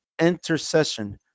intercession